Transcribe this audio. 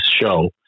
show